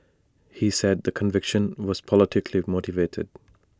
he said the conviction was politically motivated